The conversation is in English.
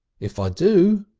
if i do